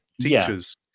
Teachers